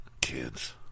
Kids